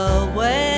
away